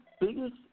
Biggest